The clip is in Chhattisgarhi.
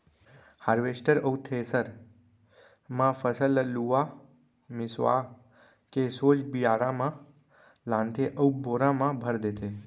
हारवेस्टर अउ थेसर म फसल ल लुवा मिसवा के सोझ बियारा म लानथे अउ बोरा म भर देथे